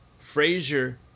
Frazier